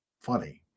funny